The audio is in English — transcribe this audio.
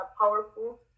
powerful